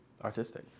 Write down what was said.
artistic